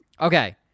Okay